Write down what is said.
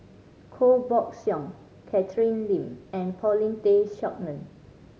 Koh Buck Song Catherine Lim and Paulin Tay Straughan